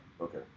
okay